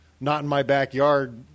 not-in-my-backyard